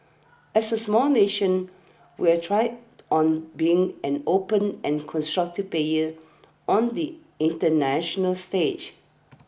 as a small nation we have thrived on being an open and constructive player on the international stage